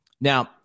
now